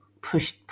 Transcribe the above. push